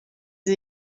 sie